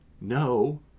no